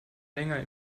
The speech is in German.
länger